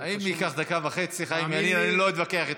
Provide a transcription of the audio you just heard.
אם ייקח דקה וחצי, חיים ילין, אני לא אתווכח איתך.